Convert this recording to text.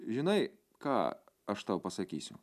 žinai ką aš tau pasakysiu